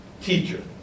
teacher